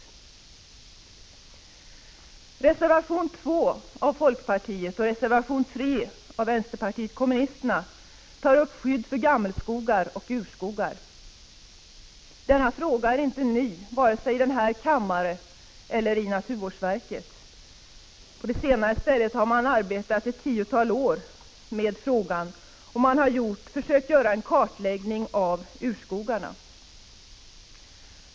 I reservation 2 tar folkpartiet och i reservation 3 vänsterpartiet kommunisterna upp skydd för gammelskogar och urskogar. Denna fråga är inte ny, varken i den här kammaren eller i naturvårdsverket. På det senare stället har man arbetat i ett tiotal år med frågan och försökt göra en kartläggning av urskogarna.